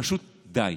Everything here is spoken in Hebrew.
פשוט די.